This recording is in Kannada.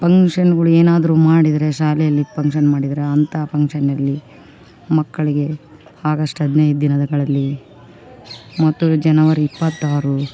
ಫಂಕ್ಷನ್ಗಳು ಏನಾದರು ಮಾಡಿದರೆ ಶಾಲೆಯಲ್ಲಿ ಪಂಕ್ಷನ್ ಮಾಡಿದ್ರೆ ಅಂತಹ ಫಂಕ್ಷನಲ್ಲಿ ಮಕ್ಕಳಿಗೆ ಆಗಸ್ಟ್ ಹದಿನೈದು ದಿನದಗಳಲ್ಲಿ ಮತ್ತು ಜನವರಿ ಇಪ್ಪತ್ತಾರು